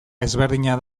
ezberdina